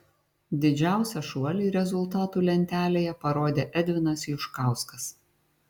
didžiausią šuolį rezultatų lentelėje parodė edvinas juškauskas